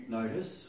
notice